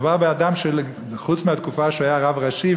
מדובר באדם שחוץ מהתקופה שהוא היה הרב הראשי,